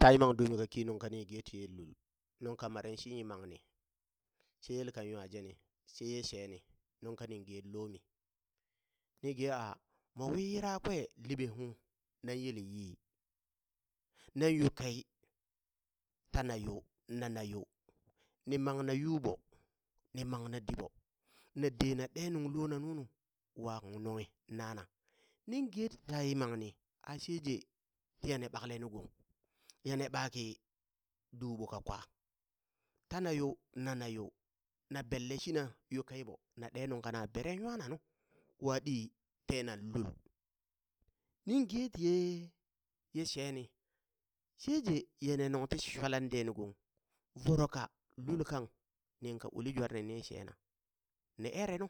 Ta yimang dumi kaki nung kani gee tiye lul, nungka maren shi yimamni, she yelkan nwa jeni sheye sheni nung kanin gen lomi, ninge a mowi yirakwe liɓe uŋ nan yele yii, nan yuukei tana yo nana yo ni mangna yuu ɓo ni mangna di ɓo, na dee na ɗee nuŋ lola nunu, wa kung nunghi nana nin geti taa yimangni a sheje tiya ne ɓakle nu gong, yane ɓa ki duuɓo kakwa tana yo, nana yo na benle shina yuukei ɓo, na ɗee ungka na bere nwana nu, wa ɗi tenan lul, nin ge tiye ye sheni, sheje ya ne nung ti shwalan de nu gong, voro ka lul kang ninka uli jwareni ni ena, ni ere nu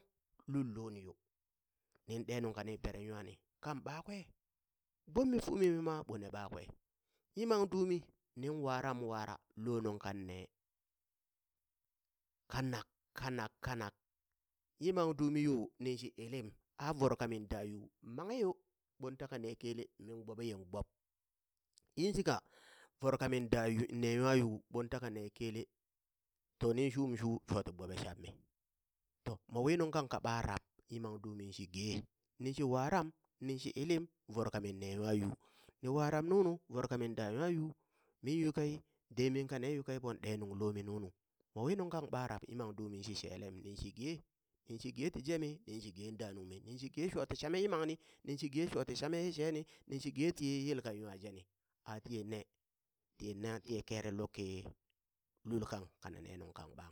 lul loniyo, nin ɗe nung kani beren nwani kan ɓakwe gbommi fumi mima ɓone ɓakwe, yimang dumi nin waram wara, lo nung kan ne kanak kanak kanak yimang dumi yo ninshi ilim a voro kamin da yuu mangheyo, ɓon taka ne kele, min gbobe yen gbob yinshika voro ka min da yuu nne nwa yuu ɓon taka ne kele, to nin shum shu shoti gbobe shab mi, to mowi nuŋ kang ka baa rab, yimang dumi shigee, ninshi waram, ninshi ilim voro kaminne nwa yuu, ni waram nunu voro kamin da nwa yuu, min yuukei demiiŋ ka ne yuukei ɓo ɗe nuŋ lomi nunu, mowi nunghang ɓa rab yimang dumi shi shelem ningshi gee ning shi gee ti jemi, ninshi gee daa nungmi, ninshi gee shoti shame yimangni, ninshi gee shoti shame ye sheni ninshi ge ti yel kan nwa jeni, a tiya ne tiye ne tiye kere lukki lul kang kana ne nuŋ kan baŋ.